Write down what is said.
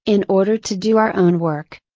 in order to do our own work.